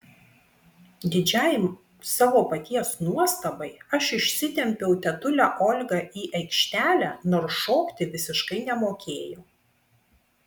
didžiai savo paties nuostabai aš išsitempiau tetulę olgą į aikštelę nors šokti visiškai nemokėjau